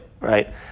right